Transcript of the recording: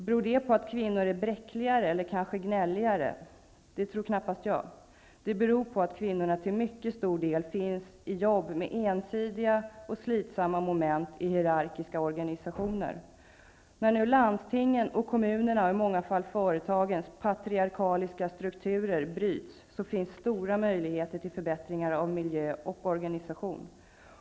Beror det på att kvinnor är bräckligare eller kanske gnälligare? Jag tror knappast det. Det beror på att kvinnorna till mycket stor del finns i jobb med ensidiga och slitsamma moment i hierarkiska organisationer. När nu landstingens och kommunernas, och i många fall företagens, patriarkaliska strukturer bryts ner, finns det stora möjligheter till förbättringar av miljö och organisation.